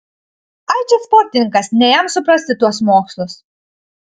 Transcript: ai čia sportininkas ne jam suprasti tuos mokslus